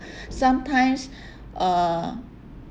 sometimes uh